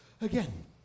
Again